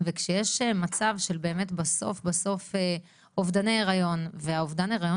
וכשיש מצב של באמת בסוף אובדן היריון והאובדן היריון